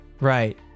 Right